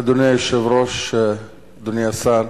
אדוני היושב-ראש, אדוני השר,